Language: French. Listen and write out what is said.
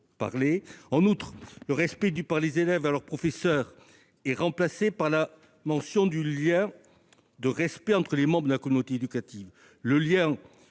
En outre, le respect dû par les élèves à leurs professeurs est remplacé par la mention d'un lien de respect entre les membres de la communauté éducative.